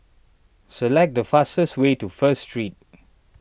select the fastest way to First Street